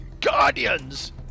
Guardians